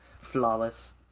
flawless